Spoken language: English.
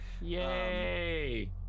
Yay